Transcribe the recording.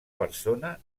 persona